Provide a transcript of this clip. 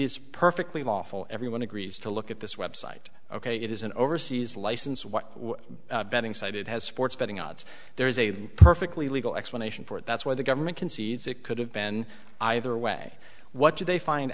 is perfectly lawful everyone agrees to look at this website ok it is an overseas license what betting site it has sports betting odds there's a perfectly legal explanation for it that's why the government concedes it could have been either way what did they find